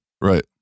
Right